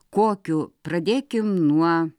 kokiu pradėkim nuo